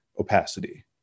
opacity